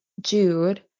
Jude